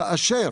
כאשר